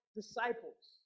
disciples